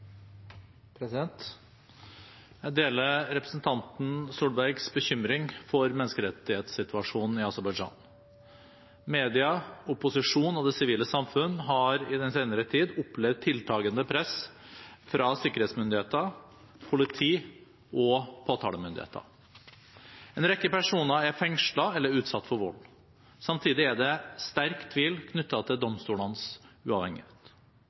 Jeg deler representanten Tvedt Solbergs bekymring for menneskerettighetssituasjonen i Aserbajdsjan. Medier, opposisjon og det sivile samfunnet har i den senere tid opplevd tiltakende press fra sikkerhetsmyndigheter, politi og påtalemyndigheter. En rekke personer er fengslet eller utsatt for vold. Samtidig er det sterk tvil knyttet til domstolenes uavhengighet.